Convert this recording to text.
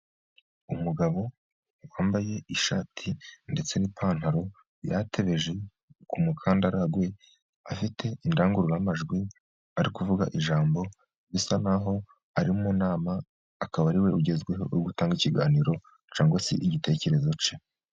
Umugabo wambaye ishati ndetse n'ipantaro yatebeje, ku mukandara we afite indangururamajwi ari kuvuga ijambo risa naho ari mu nama, akaba ariwe ugezweho uri gutanga ikiganiro cye cyangwa se igitekerezo cye.